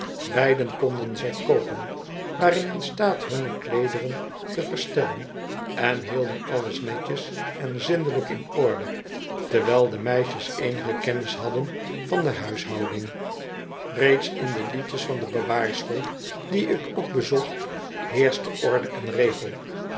beiden konden zij koken waren in staat hunne kleederen te verstellen en hielden alles netjes on zindelijk in orde terwijl de meisjes eenige kennis hadden van de huishouding reeds in de liedjes van de bewaarschool die ik ook bezocht heerschte orde en regel